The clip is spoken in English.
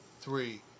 three